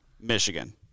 Michigan